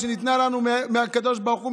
שניתנה לנו מהקדוש ברוך הוא,